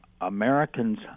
Americans